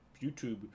YouTube